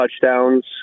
touchdowns